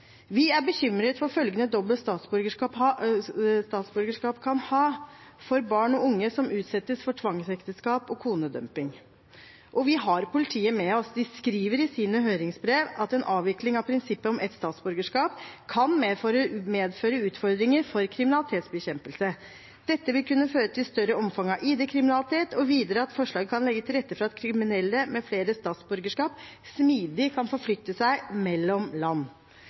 Vi er bekymret for følgene dobbelt statsborgerskap kan ha for barn og unge som utsettes for tvangsekteskap og konedumping. Vi har politiet med oss. De skriver i sine høringsbrev at en avvikling av prinsippet om ett statsborgerskap kan medføre utfordringer for kriminalitetsbekjempelse. Dette vil kunne føre til større omfang av ID-kriminalitet, og videre at forslaget kan legge til rette for at kriminelle med flere statsborgerskap smidig kan forflytte seg mellom land.